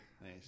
nice